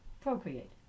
procreate